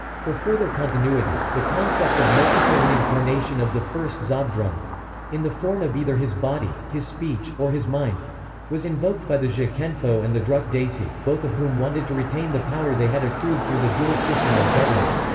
for further continuity, the concept of multiple reincarnation of the first zhabdrung in the form of either his body, his speech, or his mind was invoked by the je khenpo and the druk desi, both of whom wanted to retain the power they had accrued through the dual system of government.